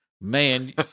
Man